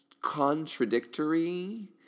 contradictory